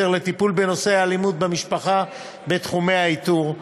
לטיפול בנושא אלימות במשפחה בתחומי האיתור,